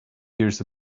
years